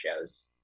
shows